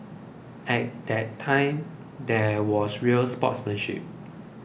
at that time there was real sportsmanship